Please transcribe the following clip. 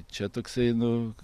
čia toksai nu